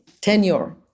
tenure